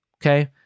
Okay